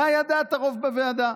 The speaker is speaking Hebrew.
זאת הייתה דעת הרוב בוועדה.